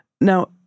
Now